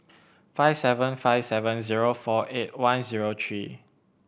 five seven five seven zero four eight one zero three